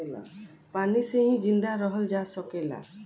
पानी से ही जिंदा रहल जा सकेला